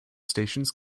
stations